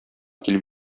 килеп